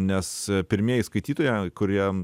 nes pirmieji skaitytojai kuriem